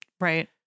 Right